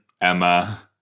Emma